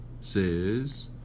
says